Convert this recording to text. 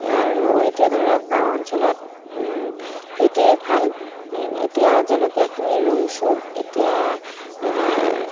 আৰু এতিয়া ধৰক গাঁও অঞ্চলত সেইটোৱেই ভাল এতিয়া জলকীয়াখিনি ৰুইছোঁ এতিয়া